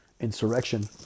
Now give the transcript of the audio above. insurrection